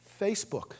Facebook